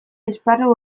esparru